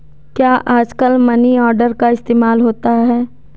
क्या आजकल money order का इस्तेमाल होता है?